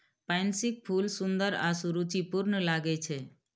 पैंसीक फूल सुंदर आ सुरुचिपूर्ण लागै छै